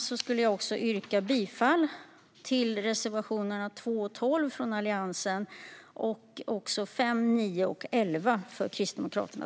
Med det vill jag yrka bifall till reservationerna 2 och 12 från Alliansen och till reservationerna 5, 9 och 11 från Kristdemokraterna.